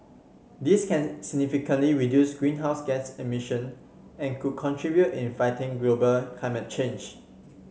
this can significantly reduce greenhouse gas emission and could contribute in fighting global climate change